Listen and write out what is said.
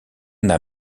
n’a